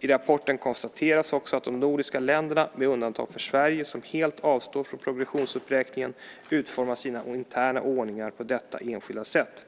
I rapporten konstateras också att de nordiska länderna, med undantag för Sverige som helt avstår från progressionsuppräkningen, utformat sina interna ordningar för detta på skilda sätt.